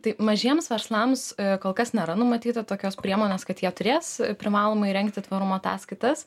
tai mažiems verslams kol kas nėra numatyta tokios priemonės kad jie turės privalomai rengti tvarumo ataskaitas